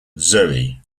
zoe